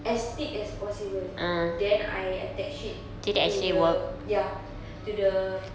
as thick as possible then I attach it to the ya to the